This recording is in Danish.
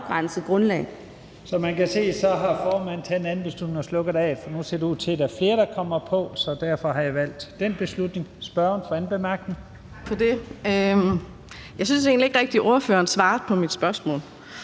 Jeg synes egentlig ikke rigtig, ordføreren svarede på mit spørgsmål.